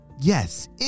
Yes